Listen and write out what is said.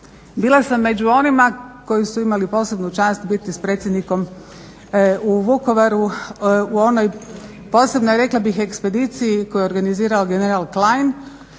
Bila sam među onima koji su imali posebnu čast biti s predsjednikom u Vukovaru u onoj posebnoj, rekla bih ekspediciji koju je organizirao general Klein